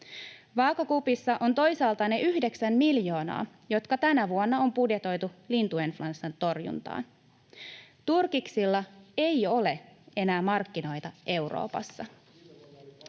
Vaakakupissa ovat toisaalta ne yhdeksän miljoonaa, jotka tänä vuonna on budjetoitu lintuinfluenssan torjuntaan. Turkiksilla ei ole enää markkinoita Euroopassa.